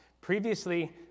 Previously